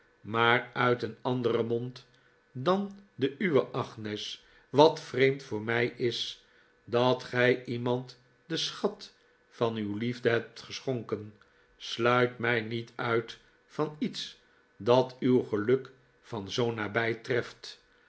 maar uit een anderen mond dan den uwen agnes wat vreemd voor mij is dat gij iemand den schat van uw liefde hebt geschonken sluit mij niet uit van iets dat uw geluk van zoo nabij betreft